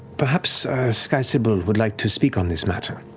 perhaps skysybil would like to speak on this matter.